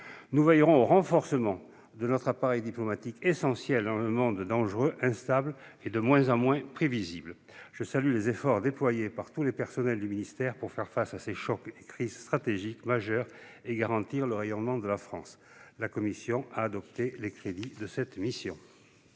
Nous veillerons au renforcement de notre appareil diplomatique, essentiel dans un monde plus dangereux, instable et de moins en moins prévisible. Je salue les efforts déployés par tous les personnels du ministère pour faire face à ces chocs et crises stratégiques majeures et garantir le rayonnement de la France. La commission des affaires étrangères a donc